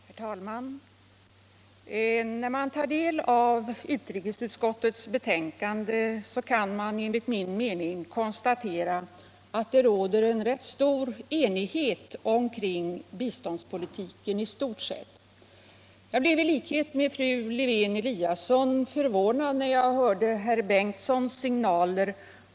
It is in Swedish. Herr talman! När man tar del av utrikesutskottets betänkande kan man enligt min mening konstatera att det råder bred enighet kring biståndspolitiken i stort sett. Jag blev därför förvånad när jag hörde herr förste vice talmannen Bengisons signaler.